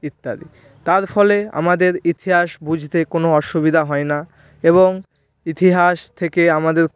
ইত্যাদি তার ফলে আমাদের ইতিহাস বুঝতে কোনও অসুবিধা হয় না এবং ইতিহাস থেকে আমাদের